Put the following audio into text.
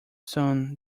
soon